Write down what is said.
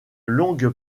longue